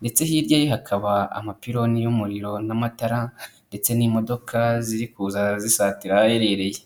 ndetse hirya ye hakaba amapironi y'umuriro n'amatara ndetse n'imodoka ziri kuza zisatira aho aherereye.